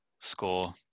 score